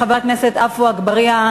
חבר הכנסת עפו אגבאריה,